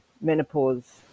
menopause